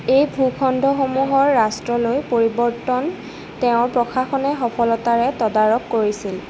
এই ভূখণ্ডসমূহৰ ৰাষ্ট্ৰলৈ পৰিৱৰ্তন তেওঁৰ প্ৰশাসনে সফলতাৰে তদাৰক কৰিছিল